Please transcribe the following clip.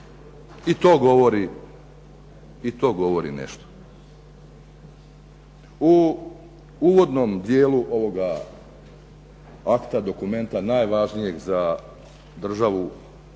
I to govori nešto. U uvodnom dijelu ovoga akta, dokumenta najvažnijeg za državu,